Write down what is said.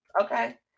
Okay